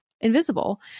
invisible